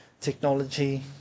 technology